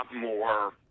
more